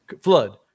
flood